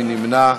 מי נמנע?